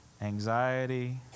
anxiety